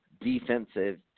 defensive